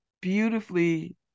beautifully